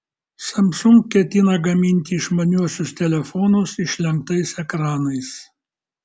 samsung ketina gaminti išmaniuosius telefonus išlenktais ekranais